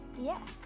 Yes